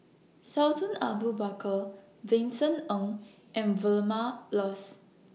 Sultan Abu Bakar Vincent Ng and Vilma Laus